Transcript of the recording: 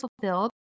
fulfilled